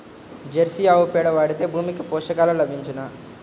Jersey ఆవు పేడ వాడితే భూమికి పోషకాలు లభించునా?